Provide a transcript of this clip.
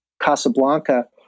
Casablanca